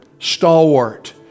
stalwart